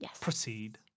proceed